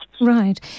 Right